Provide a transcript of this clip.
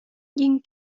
ying